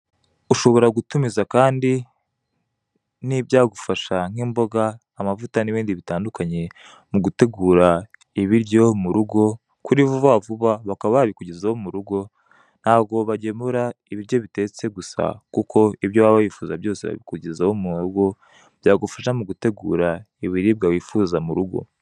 Ushobora gutumiza kandi n'ibyagufasha: nk'imboga, amavuta n'ibindi bitandukanye mu gutegura ibiryo mu rugo kuri VUBA VUBA, bakaba babikugezaho murugo. Ntago bagemura ibiryo bitetse gusa, kuko ibyo waba wifuza byose babikugezaho mu rugo, byagufasha mu gutegura ibiribwa wifuza mu rugo.